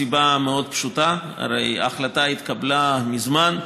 מסיבה מאוד פשוטה: הרי ההחלטה התקבלה מזמן.